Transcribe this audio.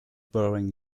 borrowing